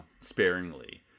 sparingly